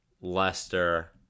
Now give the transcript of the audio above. Leicester